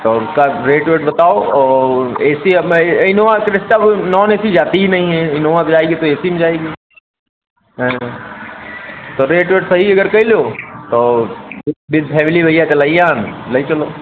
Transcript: तौ उसका रेट वेट बताओ और ए सी अपना ये इनोवा क्रिस्टा वो नॉन ए सी जाती ये नहीं है इनोवा डघललदनो़ अब जाएगी तो ए सी में जाएगी हाँ तो रेट वेट सही अगर कइ लो तौ विद फैमिली भैया चलइया हमें ले चलाे